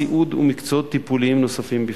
הסיעוד ומקצועות טיפוליים נוספים בפרט.